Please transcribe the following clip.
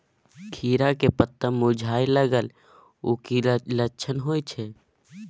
खीरा के पत्ता मुरझाय लागल उ कि लक्षण होय छै?